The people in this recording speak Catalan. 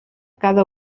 cada